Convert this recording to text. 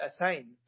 attain